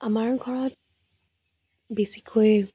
আমাৰ ঘৰত বেছিকৈ